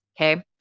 Okay